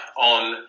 on